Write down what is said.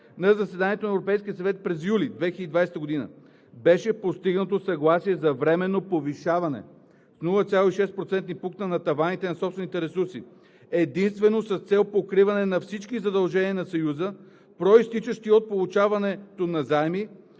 на заседанието на Европейския съвет през юли 2020 г., беше постигнато съгласие за временно повишаване с 0,6 процентни пункта на таваните на собствените ресурси – единствено с цел покриване на всички задължения на Съюза, произтичащи от получаването на заеми,